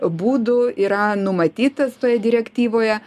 būdų yra numatytas toje direktyvoje